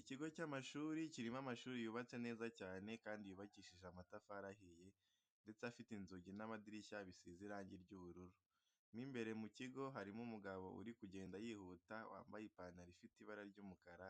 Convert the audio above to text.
Ikigo cy'amashuri kirimo amashuri yubatse neza cyane kandi yubakishijwe amatafari ahiye ndetse afite inzugi n'amadirishya bisize irangi ry'ubururu. Mo imbere mu kigo harimo umugabo uri kugenda yihuta, wambaye ipantaro ifite ibara ry'umukara